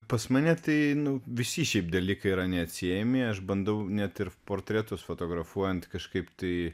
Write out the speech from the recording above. pas mane tai nu visi šie dalykai yra neatsiejami aš bandau net ir portretus fotografuojant kažkaip tai